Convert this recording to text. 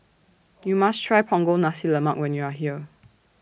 YOU must Try Punggol Nasi Lemak when YOU Are here